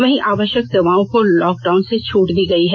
वहीं आवश्यक सेवाओं को लॉक डाउन से छूट दी गई है